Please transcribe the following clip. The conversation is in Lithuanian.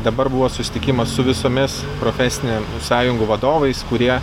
dabar buvo susitikimas su visomis profesinė sąjungų vadovais kurie